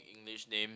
English name